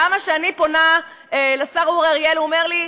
למה כשאני פונה לשר אורי אריאל הוא אומר לי: